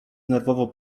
nerwowo